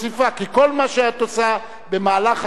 כי כל מה שאת עושה במהלך העבודה,